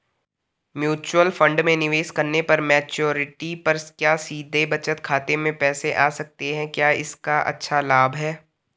Mutual fund में निवेश करने पर मैच्योरिटी पर क्या सीधे बचत खाते में पैसे आ सकते हैं क्या इसका अच्छा लाभ है?